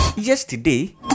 Yesterday